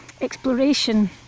exploration